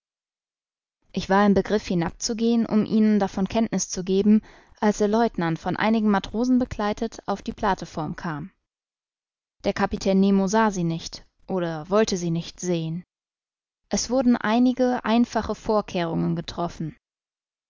ich war im begriff hinabzugehen um ihnen davon kenntniß zu geben als der lieutenant von einigen matrosen begleitet auf die plateform kam der kapitän nemo sah sie nicht oder wollte sie nicht sehen es wurden einige einfache vorkehrungen getroffen